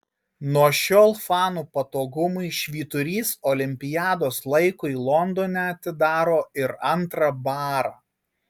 nuo šiol fanų patogumui švyturys olimpiados laikui londone atidaro ir antrą barą